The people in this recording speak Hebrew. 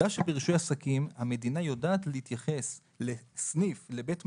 עובדה שברישוי עסקים המדינה יודעת להתייחס לבית מלון.